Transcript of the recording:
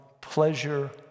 pleasure